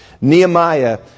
Nehemiah